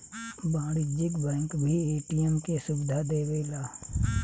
वाणिज्यिक बैंक भी ए.टी.एम के सुविधा देवेला